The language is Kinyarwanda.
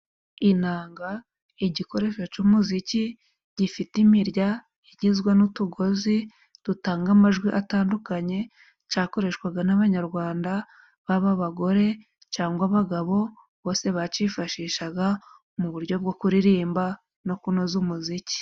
Inanga igikoresho c'umuziki gifite imirya igizwe n'utugozi dutanga amajwi atandukanye, cakoreshwaga n'abanyarwanda baba abagore cangwa abagabo, bose bacifashishaga mu buryo bwo kuririmba no kunoza umuziki.